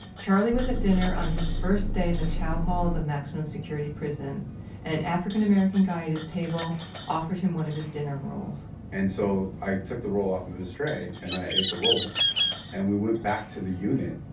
charlie was at dinner on his first day in the chow hall of a maximum security prison and an african american guy at his table offered him one of his dinner rolls and, so, i took the roll off of his tray and i ate the roll and we went back to the unit,